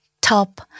top